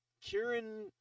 Kieran